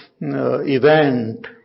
event